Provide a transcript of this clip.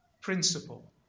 principle